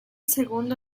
segundo